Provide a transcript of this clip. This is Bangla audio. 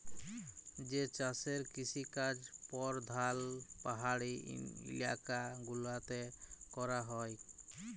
যে চাষের কিসিকাজ পরধাল পাহাড়ি ইলাকা গুলাতে ক্যরা হ্যয়